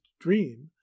dream